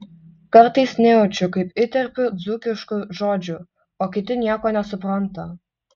kartais nejaučiu kaip įterpiu dzūkiškų žodžių o kiti nieko nesupranta